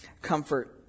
comfort